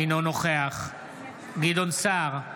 אינו נוכח גדעון סער,